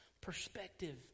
perspective